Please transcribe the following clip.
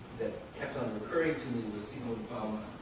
that kept on recurring to me, was see-node